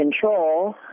control